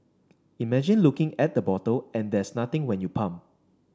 imagine looking at the bottle and there's nothing when you pump